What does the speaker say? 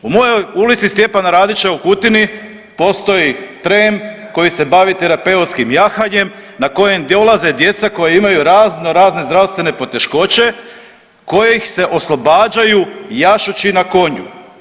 U mojoj ulici Stjepana Radića u Kutini postoji trem koji se bavi terapeutskim jahanjem na kojem dolaze djeca koja imaju razno razne zdravstvene poteškoće koje ih se oslobađaju jašući na konju.